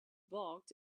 balked